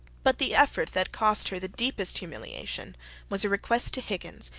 but the effort that cost her the deepest humiliation was a request to higgins,